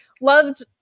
loved